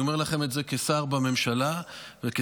אני אומר לכם את זה כשר בממשלה וכשר,